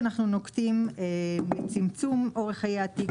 הפעולות שאנחנו נוקטים לצמצום אורך חיי התיק,